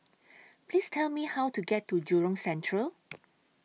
Please Tell Me How to get to Jurong Central